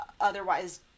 otherwise